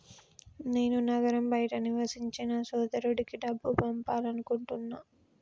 నేను నగరం బయట నివసించే నా సోదరుడికి డబ్బు పంపాలనుకుంటున్నా